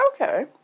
Okay